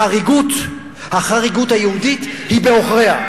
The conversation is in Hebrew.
החריגות היהודית היא בעוכרינו.